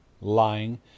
lying